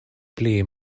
pli